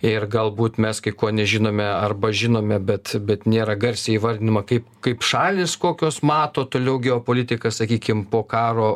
ir galbūt mes kai ko nežinome arba žinome bet bet nėra garsiai įvardinama kaip kaip šalys kokios mato toliau geopolitiką sakykim po karo